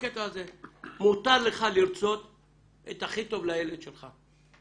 מותר לך לרצות את הכי טוב לילד שלך.